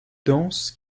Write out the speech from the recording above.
danse